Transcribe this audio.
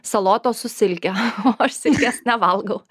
salotos su silke o aš silkės nevalgau